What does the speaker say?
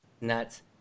Nuts